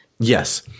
Yes